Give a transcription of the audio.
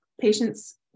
patients